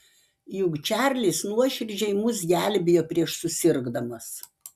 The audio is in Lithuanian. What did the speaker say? juk čarlis nuoširdžiai mus gelbėjo prieš susirgdamas